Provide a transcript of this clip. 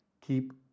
keep